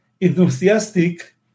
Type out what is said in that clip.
enthusiastic